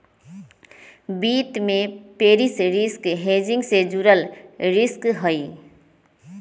वित्त में basis risk hedging से जुड़ल रिस्क हहई